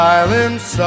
Silence